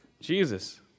Jesus